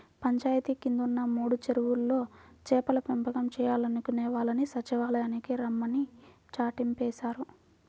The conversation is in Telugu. పంచాయితీ కిందున్న మూడు చెరువుల్లో చేపల పెంపకం చేయాలనుకునే వాళ్ళని సచ్చివాలయానికి రమ్మని చాటింపేశారు